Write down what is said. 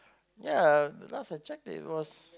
ya last I checked it was